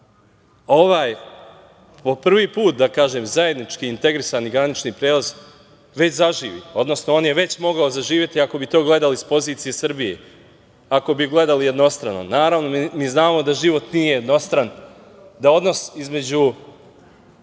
ovaj po prvi put, da kažem zajednički integrisani granični prelaz već zaživi, odnosno on je veće mogao zaživeti, ako bi to gledali sa pozicije Srbije, ako bi gledali jednostrano. Naravno, mi znamo da život nije jednostran, da odnos između